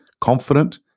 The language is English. confident